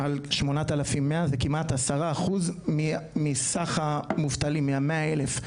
על 8,100. זה כמעט 10 אחוזים מסך המובטלים שזה 100 אלף.